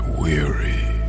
weary